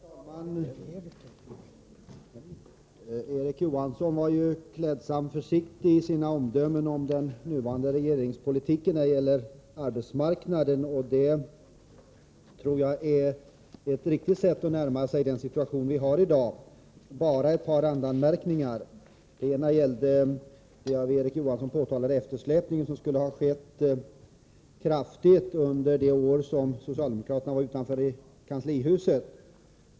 Herr talman! Erik Johansson var klädsamt försiktig i sina omdömen om den nuvarande regeringspolitiken när det gäller arbetsmarknaden. Det tror jagär ett riktigt sätt att närma sig den svåra situation vi har i dag. Jag vill bara göra ett par randanmärkningar. Det skulle enligt Erik Johansson ha skett en kraftig eftersläpning under de år som socialdemokraterna var utanför kanslihuset.